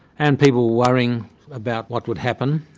and people were worrying about what would happen.